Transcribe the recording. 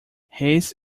his